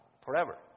forever